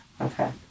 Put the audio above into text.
Okay